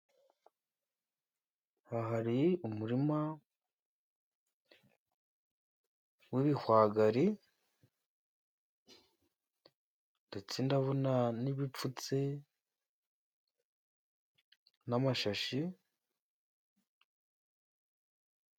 Hari umurima w'ibihwagari, ndetse ndabona n'ibipfutse n'amashashi,